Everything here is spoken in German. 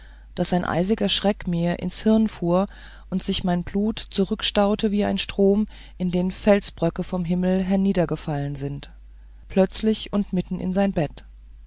daß ein eisiger schreck mir ins hirn fuhr und sich mein blut zurückstaute wie ein strom in den felsblöcke vom himmel herniedergefallen sind plötzlich und mitten in sein bette